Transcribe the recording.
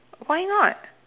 why not